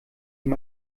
ihm